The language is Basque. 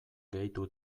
gehitu